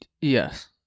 Yes